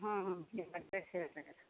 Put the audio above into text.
ಹ್ಞೂ ಹ್ಞೂ ನಿಮ್ಮ ಅಡ್ರೆಸ್ ಹೇಳಿ